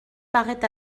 paraît